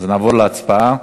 אז נעבור להצבעה.